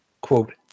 quote